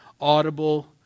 audible